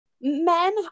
Men